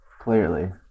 Clearly